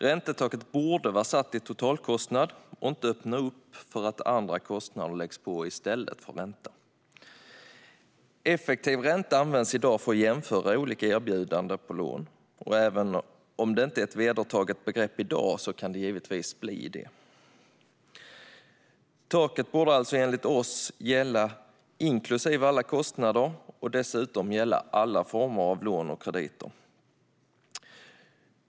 Räntetaket borde vara satt i totalkostnad och inte öppna upp för att andra kostnader läggs på i stället för ränta. Effektiv ränta används i dag för att jämföra olika erbjudanden om lån, och även om det inte är ett vedertaget begrepp i dag kan det givetvis bli det. Taket borde alltså enligt oss gälla inklusive alla kostnader och dessutom gälla alla former av lån och krediter.